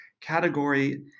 category